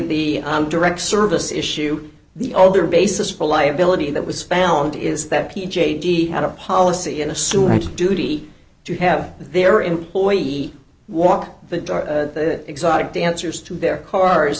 the direct service issue the other basis for liability that was found is that p j d had a policy in a sewer right duty to have their employee walk the exotic dancers to their cars